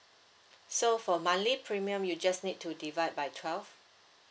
so for monthly premium you just need to divide by twelve